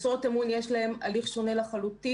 משרות אמון, יש להן הליך שונה לחלוטין.